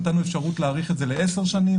ונתנו אפשרות להאריך את זה לעשר שנים,